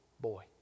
boy